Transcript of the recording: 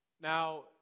Now